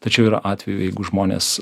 tačiau yra atvejų jeigu žmonės